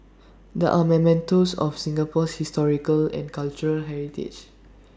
they are mementos of Singapore's historical and cultural heritage